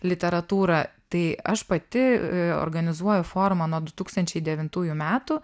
literatūrą tai aš pati organizuoju forumą nuo du tūkstančiai devintųjų metų